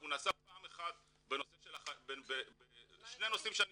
הוא נעשה פעם אחת בשני נושאים שאני